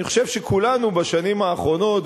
אני חושב שכולנו בשנים האחרונות,